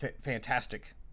fantastic